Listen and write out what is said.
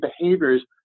behaviors